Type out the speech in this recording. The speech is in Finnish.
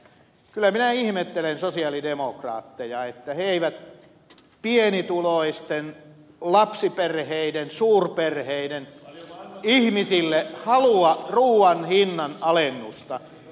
kyllä minä ihmettelen sosialidemokraatteja että he eivät pienituloisten lapsiperheiden suurperheiden ihmisille halua ruuan hinnan alennusta